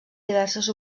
diverses